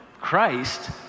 Christ